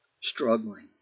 struggling